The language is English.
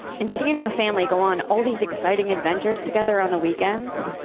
and she and her family go on all these exciting adventures together on the weekends.